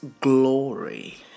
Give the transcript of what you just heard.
glory